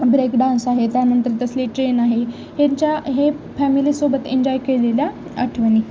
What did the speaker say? break dance आहे त्यानंतर तसले ट्रेन आहे हेंच्या हे फॅमिली सोबत एन्जॉय केलेल्या आठवणी